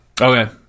Okay